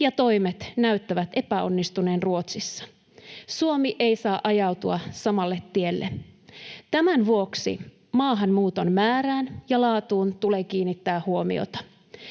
ja -toimet näyttävät epäonnistuneen Ruotsissa. Suomi ei saa ajautua samalle tielle. Tämän vuoksi maahanmuuton määrään ja laatuun tulee kiinnittää huomiota.